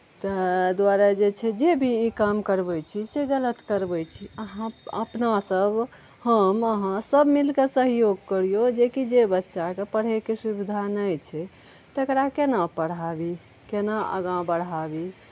ताहि दुआरे जे छै जे भी ई काम करबै छी से गलत करबै छी अहाँ अपना सब हम अहाँ सब मिलके सहयोग करियौ जेकि जे बच्चाके पढ़ैके सुविधा नहि छै तेकरा केना पढ़ाबी केना आगाँ बढ़ाबी